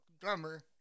drummer